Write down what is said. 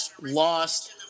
Lost